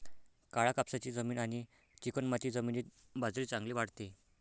काळ्या कापसाची जमीन आणि चिकणमाती जमिनीत बाजरी चांगली वाढते